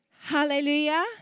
Hallelujah